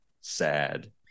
sad